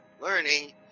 learning